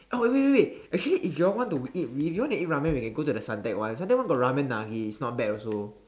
oh wait wait wait actually if you all want to eat if you want to eat ramen we can go to the Suntec one Suntec got ramen-nagi it's not bad also